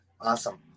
awesome